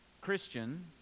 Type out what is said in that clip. Christian